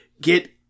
get